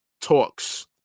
talks